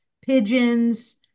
pigeons